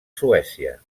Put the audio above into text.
suècia